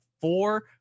Four